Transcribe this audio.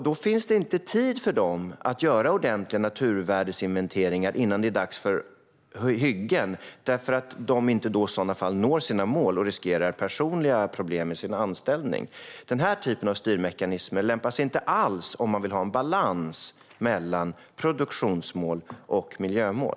Då finns det inte tid för dem att göra ordentliga naturvärdesinventeringar innan det är dags för hyggen, eftersom de i så fall inte når sina mål och riskerar personliga problem med sin anställning. Denna typ av styrmekanismer lämpar sig inte alls om man vill ha en balans mellan produktionsmål och miljömål.